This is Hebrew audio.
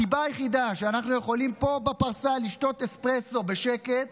הסיבה היחידה לכך שאנחנו יכולים פה בפרסה לשתות אספרסו בשקט